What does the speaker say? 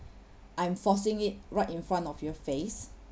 I'm forcing it right in front of your face